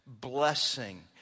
blessing